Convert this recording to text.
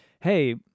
hey